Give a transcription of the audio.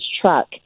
truck